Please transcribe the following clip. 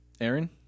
Aaron